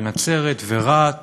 בנצרת וברהט